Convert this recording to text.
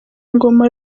ingoma